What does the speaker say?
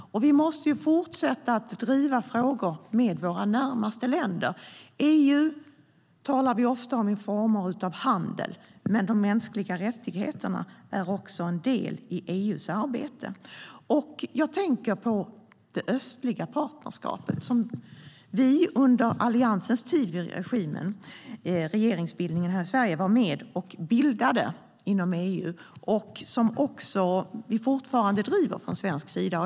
Vi måste fortsätta driva frågor med våra närmaste länder. EU talar vi ofta om när det gäller handel. Men de mänskliga rättigheterna är också en del i EU:s arbete. Jag tänker på det östliga partnerskapet som vi under Alliansens tid i regeringen var med och bildade inom EU och som vi fortfarande driver från svensk sida.